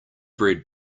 bred